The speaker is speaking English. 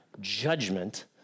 judgment